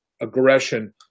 aggression